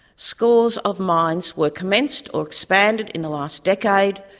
scores of mines were commenced or expanded in the last decade,